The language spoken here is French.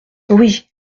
oui